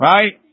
Right